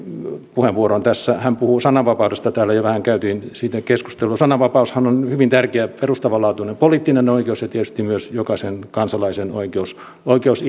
puheenvuoroon tässä kertomuksessa hän puhuu sananvapaudesta täällä jo vähän käytiin siitä keskustelua sananvapaushan on hyvin tärkeä perustavanlaatuinen poliittinen oikeus ja tietysti myös jokaisen kansalaisen oikeus oikeus